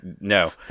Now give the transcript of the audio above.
no